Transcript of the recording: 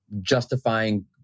justifying